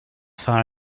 far